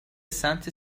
سمت